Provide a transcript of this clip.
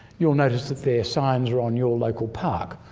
you'll notice the their signs are on your local park,